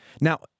Now